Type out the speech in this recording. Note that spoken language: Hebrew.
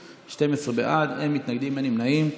אין מתנגדים ואין נמנעים.